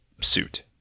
suit